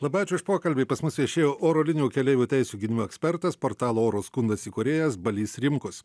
labai ačiū už pokalbį pas mus viešėjo oro linijų keleivių teisių gynimo ekspertas portalo oro skundas įkūrėjas balys rimkus